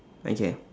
okay